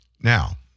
now